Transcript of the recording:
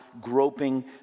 groping